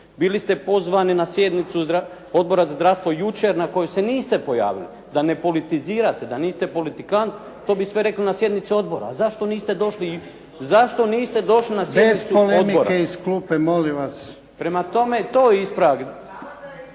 Bili ste pozvani na sjednicu Odbora za zdravstvo jučer na kojoj se niste pojavili, da nepolitizirate, da niste politikant, to bi sve rekli na sjednici odbora. A zašto niste došli? Zašto niste došli na sjednicu odbora. **Jarnjak, Ivan